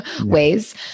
ways